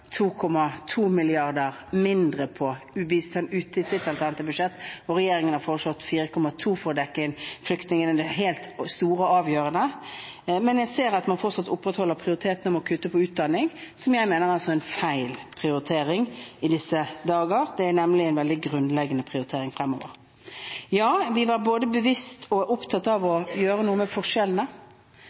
i sitt alternative budsjett på bistand ute, og det at regjeringen har foreslått 4,2 mrd. kr for å dekke flyktningkostnadene, det helt store og avgjørende, men jeg ser at man fortsatt opprettholder prioriteringen om å kutte i utdanning, som jeg mener er en feil prioritering i disse dager. Det er nemlig en veldig grunnleggende prioritering fremover. Ja, vi var både bevisste på og opptatt av å gjøre noe med forskjellene,